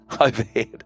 overhead